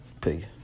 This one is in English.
Peace